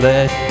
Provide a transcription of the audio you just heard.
Let